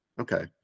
Okay